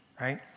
right